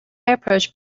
approach